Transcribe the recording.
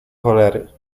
cholery